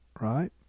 right